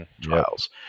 Trials